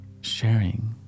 sharing